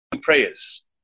prayers